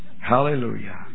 Hallelujah